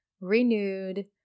renewed